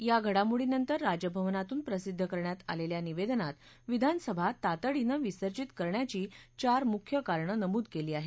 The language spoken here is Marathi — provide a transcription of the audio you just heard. या घडामोडीनंतर राजभवनातून प्रसिद्ध करण्यात आलेल्या निवेदनात विधानसभा तातडीने विसर्जीत करण्याची चार मुख्य कारणं नमूद केली आहेत